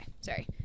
Sorry